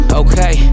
okay